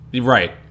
Right